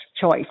choice